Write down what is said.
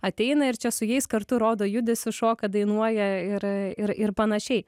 ateina ir čia su jais kartu rodo judesius šoka dainuoja ir ir ir panašiai